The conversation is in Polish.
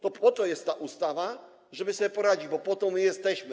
To po to jest ta ustawa, żeby sobie poradzić, bo po to jesteśmy.